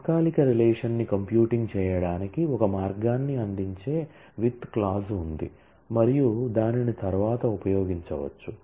తాత్కాలిక రిలేషన్ ని కంప్యూటింగ్ చేయడానికి ఒక మార్గాన్ని అందించే విత్ క్లాజ్ ఉంది మరియు దానిని తరువాత ఉపయోగించవచ్చు